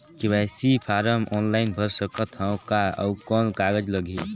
KYC form online भर सकत हवं का? अउ कौन कागज लगही?